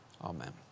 Amen